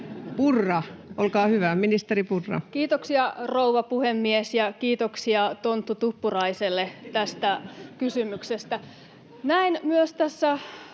olkaa hyvä. Kiitoksia, rouva puhemies! Ja kiitoksia Tonttu Tuppuraiselle tästä kysymyksestä. Näen